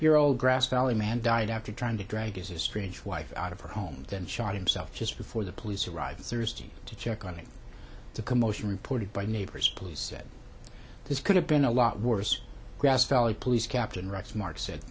old grass valley man died after trying to drag a strange wife out of her home and shot himself just before the police arrived thursday to check on him to commotion reported by neighbors police said this could have been a lot worse grass valley police captain rex marx said